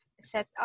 setup